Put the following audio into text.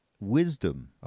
wisdom